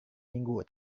minggu